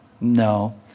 No